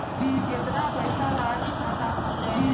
केतना पइसा लागी खाता खोले में?